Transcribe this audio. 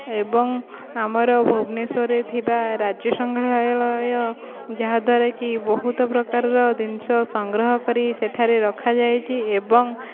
ଏବଂ ଆମର ଭୁବନେଶ୍ୱରରେ ଥିବା ରାଜ୍ୟ ସଂଗ୍ରହାଳୟ ଯାହାଦ୍ୱାରା କି ବହୁତ ପ୍ରକାରର ଜିନିଷ ସଂଗ୍ରହ କରି ସେଠାରେ ରଖାଯାଇଛି ଏବଂ